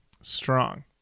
Strong